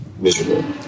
Miserable